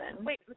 Wait